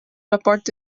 rapport